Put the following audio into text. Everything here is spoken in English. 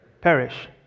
Perish